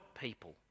people